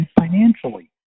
financially